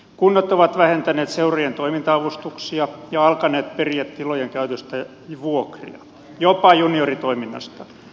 kunnat ovat vähentäneet seurojen toiminta avustuksia ja alkaneet periä tilojen käytöstä vuokria jopa junioritoiminnasta